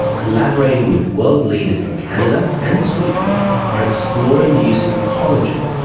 collaborating with world leaders in canada and sweden are exploring the use of collagen,